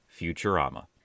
Futurama